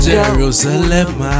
Jerusalem